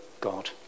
God